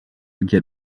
get